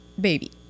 baby